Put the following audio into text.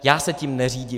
Já se tím neřídím.